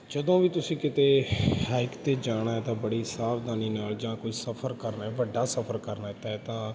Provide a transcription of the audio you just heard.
ਜਦੋਂ ਵੀ ਤੁਸੀਂ ਕਿਤੇ ਹਾਈਕ 'ਤੇ ਜਾਣਾ ਤਾਂ ਬੜੀ ਸਾਵਧਾਨੀ ਨਾਲ ਜਾਂ ਕੋਈ ਸਫ਼ਰ ਕਰ ਰਿਹਾ ਵੱਡਾ ਸਫ਼ਰ ਕਰਨਾ ਤੈਅ ਤਾਂ